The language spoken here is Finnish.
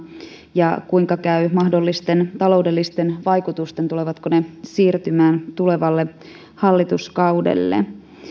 ja kuinka käy mahdollisten taloudellisten vaikutusten tulevatko ne siirtymään tulevalle hallituskaudelle